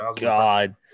god